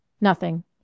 Nothing